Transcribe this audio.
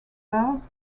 birth